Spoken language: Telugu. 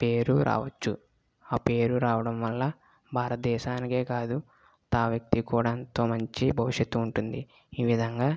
పేరు రావచ్చు ఆ పేరు రావడంవల్ల భారత దేశానికే కాదు ఆ వ్యక్తికి కూడా ఎంతో మంచి భవిష్యత ఉంటుంది ఈ విధంగా